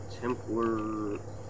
Templar